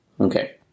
Okay